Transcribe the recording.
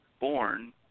born